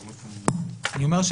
,